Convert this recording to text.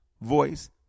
voice